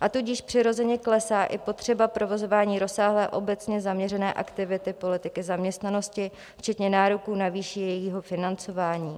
a tudíž přirozeně klesá i potřeba provozování rozsáhlé obecně zaměřené aktivity politiky zaměstnanosti včetně nároků na výši jejího financování.